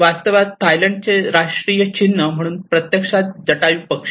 वास्तवात थायलंडचे राष्ट्रीय चिन्ह म्हणजे प्रत्यक्षात जटायु पक्षी